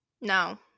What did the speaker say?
no